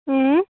ऊँ